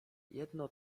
jedno